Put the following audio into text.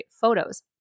photos